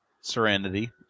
serenity